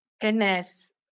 Goodness